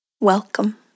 Welcome